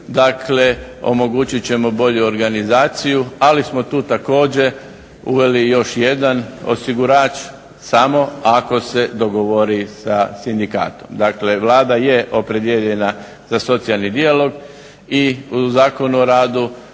Dakle, omogućiti ćemo bolju organizaciju ali smo tu također uveli još jedan osigurač samo ako se dogovori sa sindikatom. Dakle Vlada je opredijeljena za socijalni dijalog. I u Zakonu o radu,